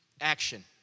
action